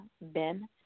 Ben